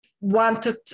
wanted